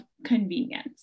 convenience